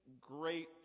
great